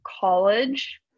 college